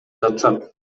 жатышат